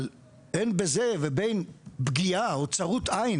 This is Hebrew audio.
אבל אין בזה ובין פגיעה או צרות עין